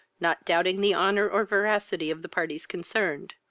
not doubting the honour or veracity of the parties concerned.